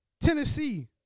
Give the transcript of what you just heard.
Tennessee